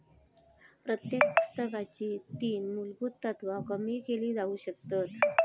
प्रत्येक पुस्तकाची तीन मुलभुत तत्त्वा कमी केली जाउ शकतत